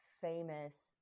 famous